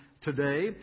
today